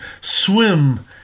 swim